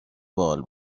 باحال